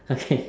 okay